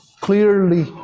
clearly